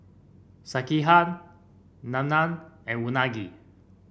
Sekihan Naan and Unagi